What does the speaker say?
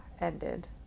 ended